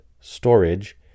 storage